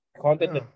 content